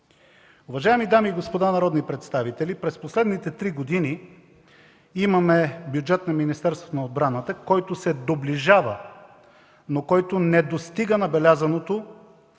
Уважаеми дами и господа народни представители, през последните три години имаме бюджет на Министерството на отбраната, който се доближава, но който не достигна набелязаното